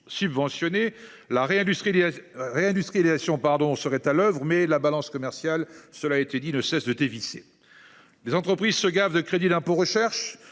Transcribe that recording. subventionnés ; la réindustrialisation serait à l’œuvre, mais la balance commerciale ne cesse de dévisser. Les entreprises se gavent de crédit d’impôt recherche,